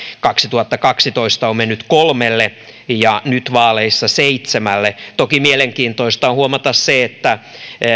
kaksituhattakaksitoista on mennyt kolmelle ja nyt vaaleissa seitsemälle toki mielenkiintoista on huomata se että